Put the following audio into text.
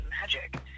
magic